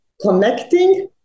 connecting